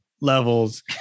levels